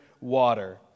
water